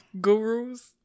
Gurus